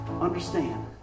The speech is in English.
Understand